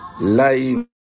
lying